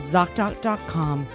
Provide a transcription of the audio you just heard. ZocDoc.com